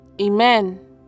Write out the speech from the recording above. amen